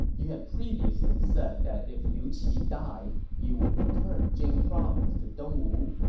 you had previously said that if liu qi died, you would return jing province to dongwu.